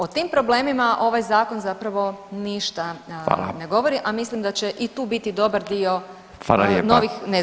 O tim problemima ovaj zakon zapravo ništa ne govori [[Upadica Radin: Hvala.]] a mislim da će i tu biti dobar dio [[Upadica Radin: Hvala lijepa.]] novih nezgoda.